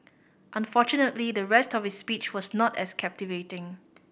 unfortunately the rest of his speech was not as captivating